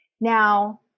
Now